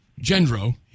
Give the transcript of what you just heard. Gendro